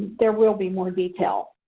there will be more details.